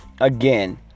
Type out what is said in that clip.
Again